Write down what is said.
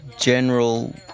General